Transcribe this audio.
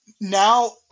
now